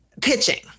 pitching